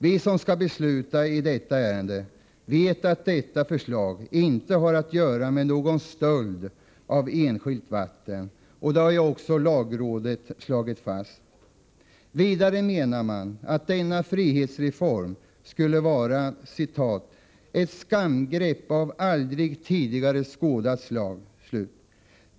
Vi som skall besluta i detta ärende vet att detta förslag inte har att göra med någon stöld av enskilt vatten, och det har också lagrådet slagit fast. Vidare menar man att denna frihetsreform skulle vara ett skamgrepp av aldrig tidigare skådat slag.